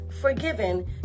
forgiven